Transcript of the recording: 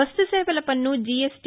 వస్తు సేవల పన్ను జిఎస్టీ